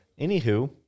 Anywho